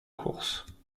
course